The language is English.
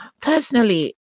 personally